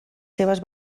seves